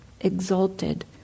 exalted